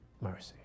Mercy